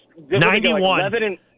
91